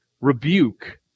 rebuke